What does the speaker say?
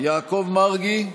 יעקב מרגי,